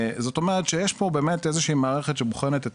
זאת אומרת שיש פה באמת איזו שהיא מערכת שבוחנת את